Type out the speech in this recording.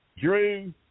Drew